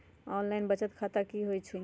Online बचत खाता की होई छई?